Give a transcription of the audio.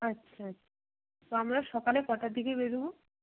আচ্ছা তো আমরা সকালে কটার দিকে বেরোবো